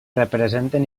representen